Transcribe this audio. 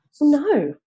no